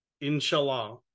Inshallah